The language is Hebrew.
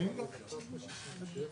מבחינת השכר.